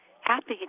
happy